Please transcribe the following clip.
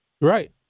Right